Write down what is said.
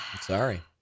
Sorry